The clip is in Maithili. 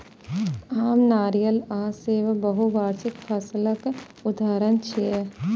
आम, नारियल आ सेब बहुवार्षिक फसलक उदाहरण छियै